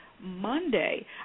Monday